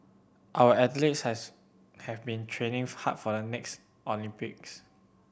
our athletes has have been training hard for the next Olympics